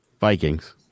Vikings